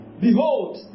behold